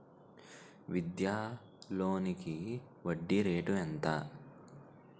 విద్యా లోనికి వడ్డీ రేటు ఎంత?